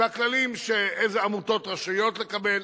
אילו עמותות רשאיות לקבל,